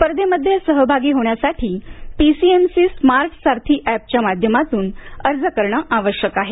स्पर्धेमध्ये सहभागी होण्यासाठी पीसीएमसी स्मार्ट सारथी एपच्या माध्यमातून अर्ज करणं आवश्यक आहे